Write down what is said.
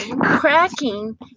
cracking